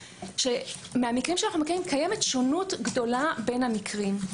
מהמקרים שאנו מכירים קיימת שונות גדולה בין המקרים.